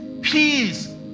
peace